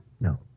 No